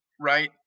right